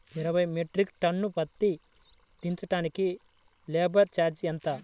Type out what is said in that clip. ఇరవై metric tonne పత్తి దించటానికి లేబర్ ఛార్జీ ఎంత?